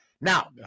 Now